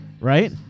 right